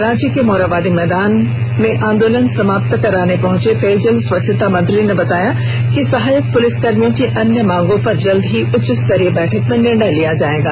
रांची के मोरहाबादी मैदान आदोलन समाप्त कराने पहुंचे पेयजल स्वच्छता मंत्री ने बताया कि सहायक पुलिसकर्मियों की अन्य मांगों पर जल्द ही उच्चस्तरीय बैठक में निर्णय लिया जाएगा